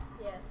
Yes